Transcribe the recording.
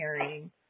carrying